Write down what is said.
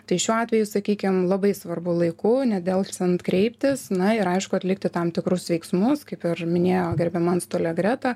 tai šiuo atveju sakykim labai svarbu laiku nedelsiant kreiptis na ir aišku atlikti tam tikrus veiksmus kaip ir minėjo gerbiama antstolė greta